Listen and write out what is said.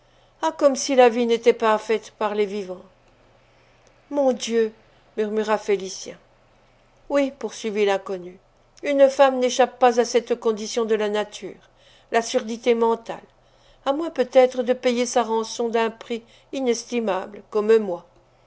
ah comme si la vie n'était pas faite par les vivants mon dieu murmura félicien oui poursuivit l'inconnue une femme n'échappe pas à cette condition de la nature la surdité mentale à moins peut-être de payer sa rançon d'un prix inestimable comme moi